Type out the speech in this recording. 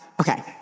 okay